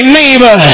neighbor